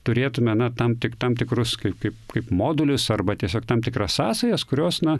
turėtume na tam tik tam tikrus kaip kaip kaip modulius arba tiesiog tam tikras sąsajas kurios na